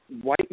white